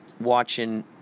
watching